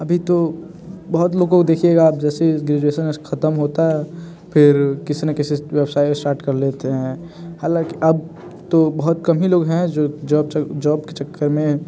अभी तो बहुत लोगों को देखिएगा आप जैसे ग्रेजुएशन खत्म होता है फिर किसी ना किसी व्यवसाय स्टार्ट कर लेते हैं हालाँकि अब तो बहुत कम ही लोग हैं जो जॉब जॉब के चक्कर में